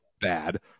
bad